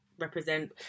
represent